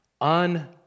on